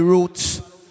Roots